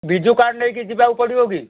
Biju card ନେଇକି ଯିବାକୁ ପଡ଼ିବ କି